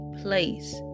place